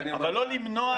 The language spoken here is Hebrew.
אבל לא למנוע מינוי.